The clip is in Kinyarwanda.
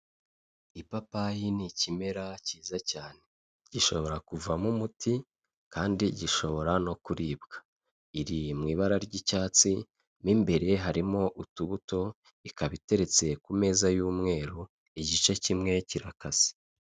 Ipapayi ni ikimera cyiza cyane gishobora kuvamo umuti kandi gishobora no kuribwa iri mu ibara ry'icyatsi mo imbere harimo utubuto ikaba iteretse ku meza y'umweru igice kimwe kirakase.